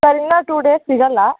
sir ಇನ್ನು two days ಸಿಗಲ್ಲ